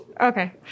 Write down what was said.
Okay